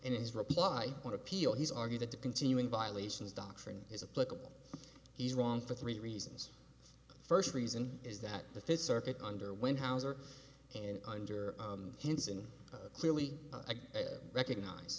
in his reply on appeal he's argue that the continuing violations doctrine is a political he's wrong for three reasons first reason is that the fifth circuit underwent houser and under hinson clearly recognize